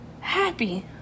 happy